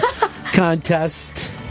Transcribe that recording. contest